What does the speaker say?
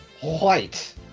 White